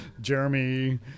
Jeremy